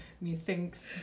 methinks